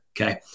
Okay